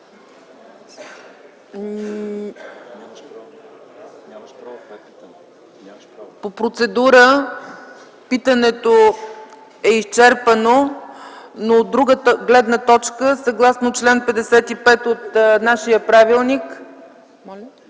По процедура питането е изчерпано, но от друга гледна точка, съгласно чл. 55 от нашия правилник,